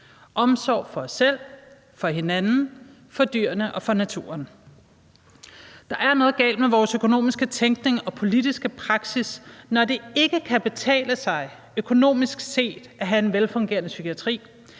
omsorg for os selv, for hinanden, for dyrene og for naturen. Der er noget galt med vores økonomiske tænkning og politiske praksis, når det ikke kan betale sig økonomisk set at have en velfungerende psykiatri,